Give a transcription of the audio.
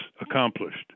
accomplished